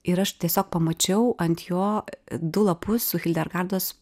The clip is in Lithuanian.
ir aš tiesiog pamačiau ant jo du lapus su hildergardos